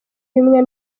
bimwe